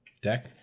deck